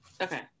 Okay